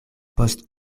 post